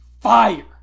fire